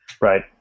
Right